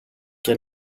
και